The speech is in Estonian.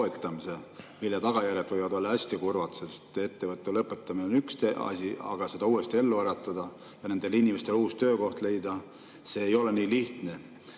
mille tagajärjed võivad olla hästi kurvad, sest ettevõtte lõpetamine on üks asi, aga seda uuesti ellu äratada ja nendele inimestele uus töökoht leida – see ei ole nii lihtne.